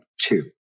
two